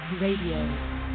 Radio